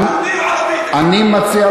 יהודי או ערבי?